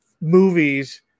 movies